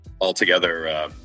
altogether